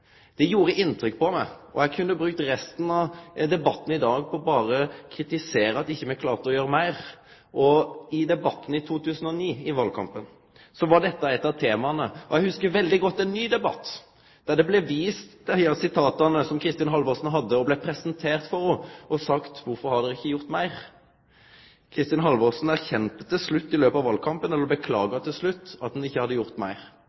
Det gjorde inntrykk på meg. Eg kunne brukt resten av debatten i dag på berre å kritisere at me ikkje klarte å gjere meir. I debatten i valkampen i 2009 var dette eit av temaa. Eg hugsar veldig godt ein ny debatt, der det blei vist til eitt av sitata som Kristin Halvorsen hadde, og som ho blei presentert for, og der det blei spurt: Kvifor har de ikkje gjort meir? Kristin Halvorsen beklaga til slutt i valkampen at ein ikkje hadde gjort meir.